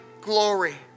glory